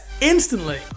instantly